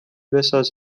بساز